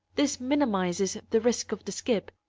this minimizes the risk of the skip,